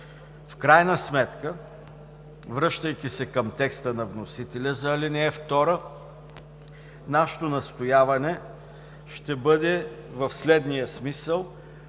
В крайна сметка, връщайки се към текста на вносителя за ал. 2, нашето настояване ще бъде в следния смисъл: